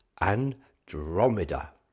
Andromeda